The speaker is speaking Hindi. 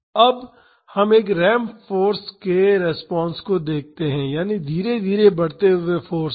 अब हम एक रैंप फाॅर्स के रिस्पांस को देखते हैं यानी धीरे धीरे बढ़ते हुए फाॅर्स को